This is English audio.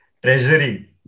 Treasury